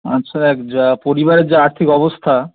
আচ্ছা দেখ যা পরিবারের যা আর্থিক অবস্থা